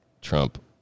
Trump